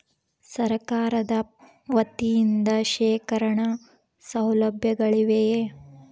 ಸರಕಾರದ ವತಿಯಿಂದ ಶೇಖರಣ ಸೌಲಭ್ಯಗಳಿವೆಯೇ?